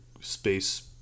space